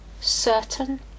certain